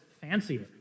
fancier